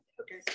Okay